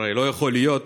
הרי לא יכול להיות